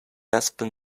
aspen